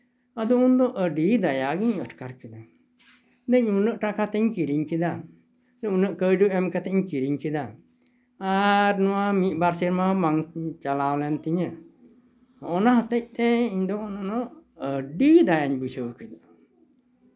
ᱟᱫᱚ ᱩᱱᱫᱚ ᱟᱹᱰᱤ ᱫᱟᱭᱟᱜᱤᱧ ᱟᱴᱠᱟᱨ ᱠᱮᱫᱟ ᱞᱟᱹᱭ ᱫᱟᱹᱧ ᱩᱱᱟᱹᱜ ᱴᱟᱠᱟ ᱛᱤᱧ ᱠᱤᱨᱤᱧ ᱠᱮᱫᱟ ᱩᱱᱟᱹᱜ ᱠᱟᱹᱣᱰᱤ ᱮᱢ ᱠᱟᱛᱮᱫ ᱤᱧ ᱠᱤᱨᱤᱧ ᱠᱮᱫᱟ ᱟᱨ ᱱᱚᱣᱟ ᱢᱤᱫ ᱵᱟᱨ ᱥᱮᱨᱢᱟ ᱵᱟᱝ ᱪᱟᱞᱟᱣ ᱞᱮᱱ ᱛᱤᱧᱟᱹ ᱦᱚᱸᱜᱼᱚᱱᱟ ᱦᱚᱛᱮᱜ ᱛᱮ ᱤᱧ ᱫᱚ ᱟᱹᱰᱤ ᱫᱟᱭᱟᱧ ᱵᱩᱡᱷᱟᱹᱣ ᱠᱮᱫᱟ